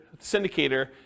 syndicator